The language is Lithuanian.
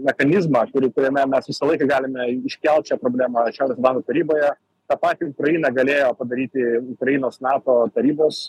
mechanizmą kurį kuriame mes visą laiką galime iškelt šią problemą šiaurės atlanto taryboje tą patį ukraina galėjo padaryti ukrainos nato tarybos